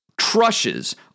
crushes